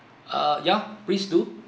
uh ya please do